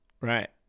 right